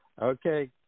Okay